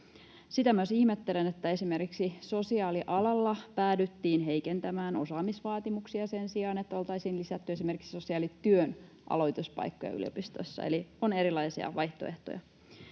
Sitä myös ihmettelen, että esimerkiksi sosiaalialalla päädyttiin heikentämään osaamisvaatimuksia sen sijaan, että oltaisiin lisätty esimerkiksi sosiaalityön aloituspaikkoja yliopistossa. Eli on erilaisia vaihtoehtoja.